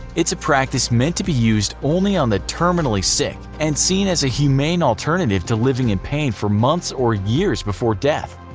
a practice meant to be used only on the terminally sick, and seen as a humane alternative to living in pain for months or years before death.